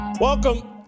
Welcome